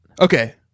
Okay